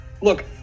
look